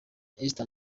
esther